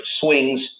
swings